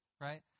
Right